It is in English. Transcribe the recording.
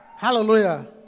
Hallelujah